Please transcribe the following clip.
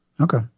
Okay